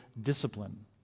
discipline